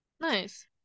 nice